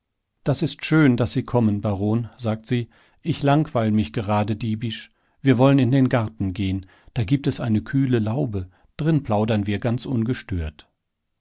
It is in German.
das ist schön daß sie kommen baron sagt sie ich langweil mich gerade diebisch wir wollen in den garten gehen da gibt es eine kühle laube drin plaudern wir ganz ungestört